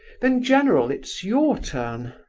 then, general, it's your turn,